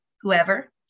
whoever